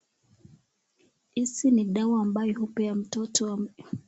Hizi ni dawa ambazo hupea mtoto.